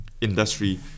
industry